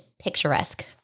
picturesque